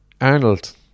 Arnold